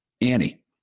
Annie